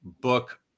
book